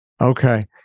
Okay